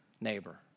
neighbor